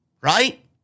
right